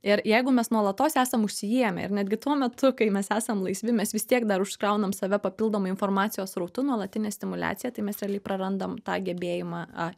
ir jeigu mes nuolatos esam užsiėmę ir netgi tuo metu kai mes esam laisvi mes vis tiek dar užsikraunam save papildoma informacijos srautu nuolatinė stimuliacija tai mes realiai prarandam tą gebėjimą a